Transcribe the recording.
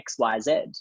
XYZ